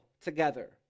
together